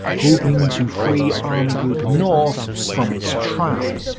hoping to free army group north from its trap.